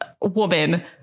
woman